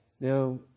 Now